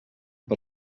per